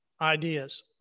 ideas